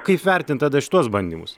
kaip vertint tada šituos bandymus